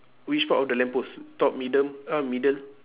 which part of the lamp post top middle uh middle